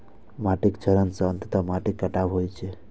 माटिक क्षरण सं अंततः माटिक कटाव होइ छै